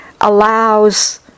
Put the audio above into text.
allows